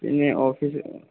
പിന്നെ ഓഫീസ്